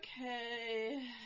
Okay